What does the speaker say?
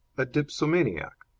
a dipsomaniac.